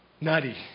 nutty